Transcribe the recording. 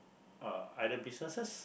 uh either businesses